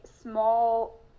small